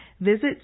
visit